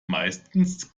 meistens